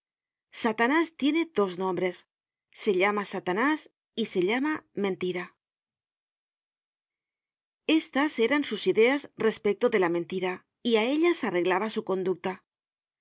satanás tiene dos nombres se llama satanás y se llama mentira estas eran sus ideas respecto de la mentira y á ellas arreglaba su conducta